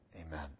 amen